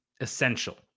essential